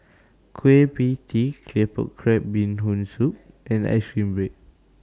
Kueh PIE Tee Claypot Crab Bee Hoon Soup and Ice Cream Bread